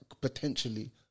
potentially